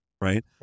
right